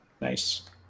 Nice